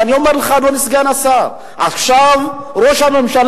ואני אומר לך, אדוני סגן השר, עכשיו ראש הממשלה